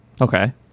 Okay